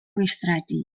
gweithredu